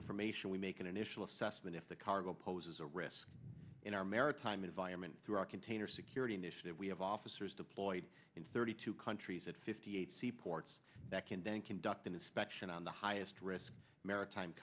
information we make an initial assessment if the cargo poses a risk in our maritime environment through our container security initiative we have officers deployed in thirty two countries at fifty eight seaports back and then conduct an inspection on the highest risk maritime